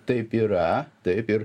taip yra taip ir